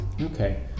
Okay